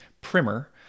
primer